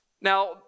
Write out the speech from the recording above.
Now